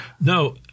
no